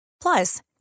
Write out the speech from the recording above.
Plus